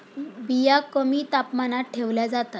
बिया कमी तापमानात ठेवल्या जातात